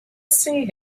see